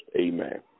amen